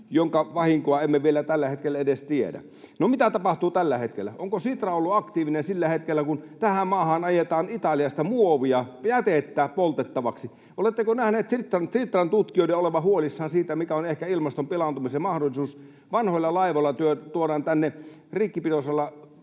jonka vahinkoa emme vielä tällä hetkellä edes tiedä. No mitä tapahtuu tällä hetkellä? Onko Sitra ollut aktiivinen sillä hetkellä, kun tähän maahan ajetaan Italiasta muovia ja jätettä poltettavaksi? Oletteko nähneet Sitran tutkijoiden olevan huolissaan siitä, mikä on ehkä ilmaston pilaantumisen mahdollisuus? Vanhat, rikkipitoisella